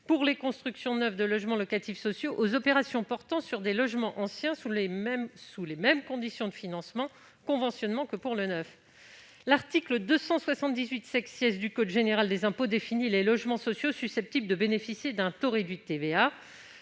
pour les constructions neuves de logements locatifs sociaux aux opérations portant sur des logements anciens, sous les mêmes conditions de financement et de conventionnement que pour les logements neufs. L'article 278 du code général des impôts définit les logements sociaux susceptibles de bénéficier d'un taux réduit de TVA,